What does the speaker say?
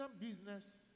business